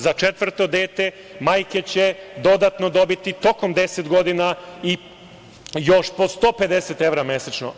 Za četvrto dete majke će dodatno dobiti tokom 10 godina i još po 150 evra mesečno.